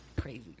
Crazy